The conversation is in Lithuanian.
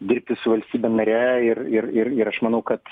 dirbti su valstybe nare ir ir ir ir aš manau kad